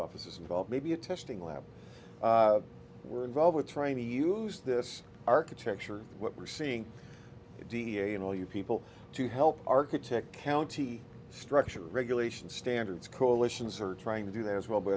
offices involved maybe a testing lab we're involved with trying to use this architecture of what we're seeing d n a and all you people to help architect county structure regulation standards coalitions are trying to do that as well but